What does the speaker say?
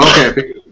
Okay